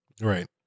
right